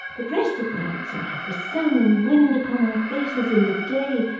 but rest at nights, and have the sun and wind upon our faces in the day,